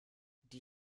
die